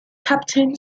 captain